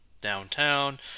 downtown